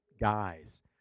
guys